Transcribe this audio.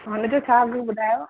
हुन खे छा अघु ॿुधायो